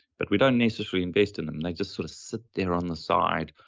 but we don't necessarily invest in them, they just sort of sit there on the side,